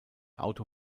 autor